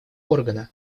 органа